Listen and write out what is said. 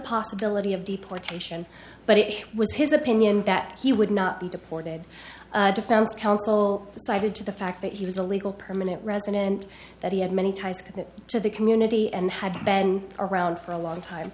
possibility of deportation but it was his opinion that he would not be deported defense counsel decided to the fact that he was a legal permanent resident that he had many ties to the community and had been around for a long time